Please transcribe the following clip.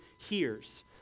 hears